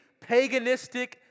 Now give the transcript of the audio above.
paganistic